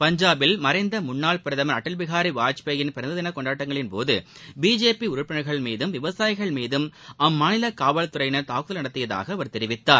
பஞ்சாபில் மறைந்த முன்னாள் பிரதமர் அடல் பிஹாரி வாஜ்பே யின் பிறந்த தினக் கொண்டாட்டங்களின் போது பிஜேபி உறுப்பினர்கள் மீதும் விவசாயிகள் மீதும் அம்மாநிலக் காவல்துறையினர் தாக்குதல் நடத்தியதாக அவர் தெரிவித்தார்